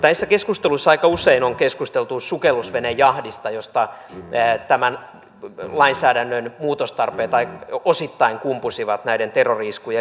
näissä keskusteluissa aika usein on keskusteltu sukellusvenejahdista josta nämä lainsäädännön muutostarpeet osittain kumpusivat näiden terrori iskujen lisäksi